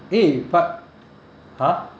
eh but !huh!